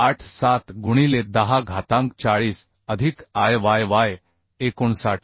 87 गुणिले 10 घातांक 40 अधिक I y y 59